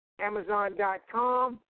Amazon.com